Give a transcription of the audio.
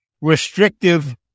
restrictive